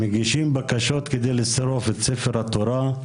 מגישים בקשות כדי לשרוף את ספר התורה,